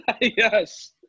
Yes